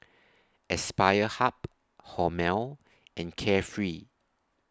Aspire Hub Hormel and Carefree